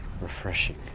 refreshing